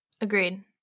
Agreed